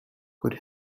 could